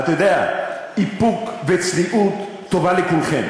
אתה יודע, איפוק וצניעות טובים לכולכם,